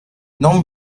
non